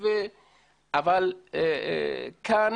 אבל כאן